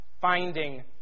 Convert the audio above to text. finding